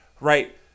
Right